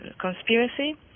conspiracy